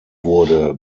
wurde